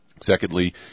Secondly